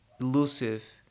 elusive